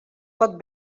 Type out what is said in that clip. pot